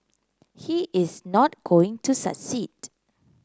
he is not going to succeed